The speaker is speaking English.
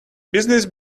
business